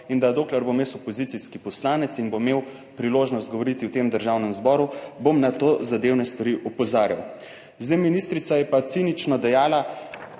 in da dokler bom jaz opozicijski poslanec in bo imel priložnost govoriti v tem Državnem zboru, bom na to zadevne stvari opozarjal. Zdaj ministrica je pa cinično dejala